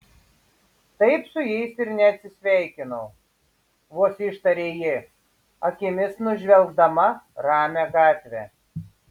taip su jais ir neatsisveikinau vos ištarė ji akimis nužvelgdama ramią gatvę